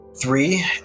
three